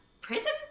prison